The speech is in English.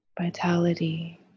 vitality